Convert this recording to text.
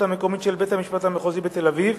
המקומית של בית-המשפט המחוזי בתל-אביב,